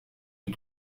die